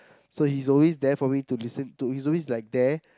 so he's always there for me to listen to he's always like there